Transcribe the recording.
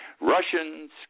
Russians